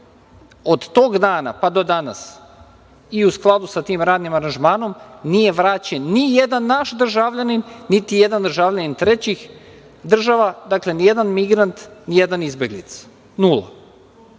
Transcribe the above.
od toga dana pa do danas i u skladu sa tim radnim aranžmanom nije vraćen nijedan državljanin, niti jedan državljanin trećih država, dakle, nijedan migrant, nijedan izbeglica, nula.